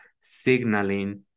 signaling